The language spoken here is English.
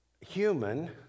human